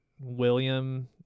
William